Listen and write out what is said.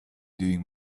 doing